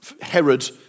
Herod